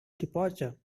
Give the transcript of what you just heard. departure